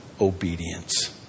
obedience